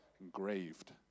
engraved